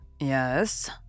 Yes